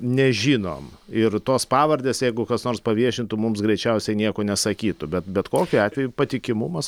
nežinom ir tos pavardės jeigu kas nors paviešintų mums greičiausiai nieko nesakytų bet bet kokiu atveju patikimumas